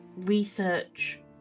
research